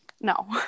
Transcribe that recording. no